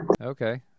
Okay